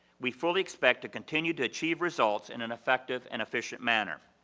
we fully expect to continue to achieve results in an effective and efficient manner.